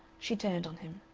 she turned on him.